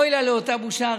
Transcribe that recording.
אוי לה לאותה בושה,